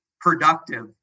productive